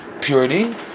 purity